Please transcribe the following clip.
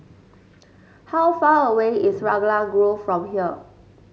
how far away is Raglan Grove from here